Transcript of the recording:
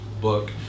book